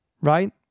right